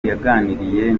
yaganiriye